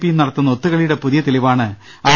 പിയും നടത്തുന്ന ഒത്തുകളിയുടെ പുതിയ തെളിവാണ് ആർ